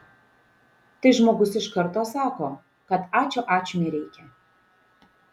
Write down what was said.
tai žmogus iš karto sako kad ačiū ačiū nereikia